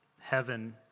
heaven